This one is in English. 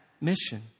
mission